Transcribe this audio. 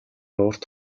урт